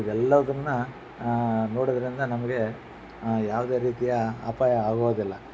ಇವೆಲ್ಲದನ್ನ ನೊಡೋದರಿಂದ ನಮಗೆ ಯಾವುದೇ ರೀತಿಯ ಅಪಾಯ ಆಗೋದಿಲ್ಲ